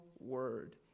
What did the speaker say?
word